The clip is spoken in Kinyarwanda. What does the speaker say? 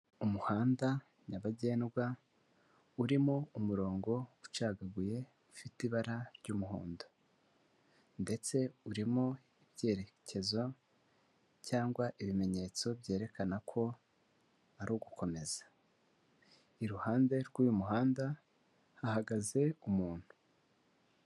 Umuhanda nyabagendwa urimo umurongo ucagaguye, ufite ibara ry'umuhondo ndetse urimo ibyerekezo cyangwa ibimenyetso byerekana ko ari ugukomeza, iruhande rw'uyu muhanda hahagaze umuntu.